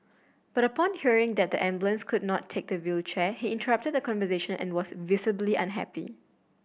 but upon hearing that the ambulance could not take the wheelchair he interrupted the conversation and was visibly unhappy